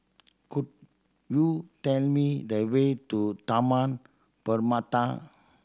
could you tell me the way to Taman Permata